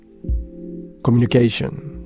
communication